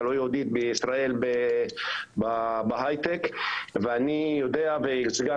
הלא יהודית בישראל בהייטק ואני יודע וסגן